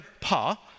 Pa